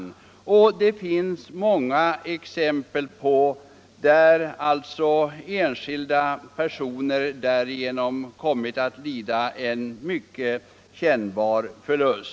— Nr 79 Det finns många exempel på att enskilda personer därigenom kommit Tisdagen den att lida en synnerligen kännbar förlust.